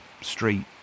street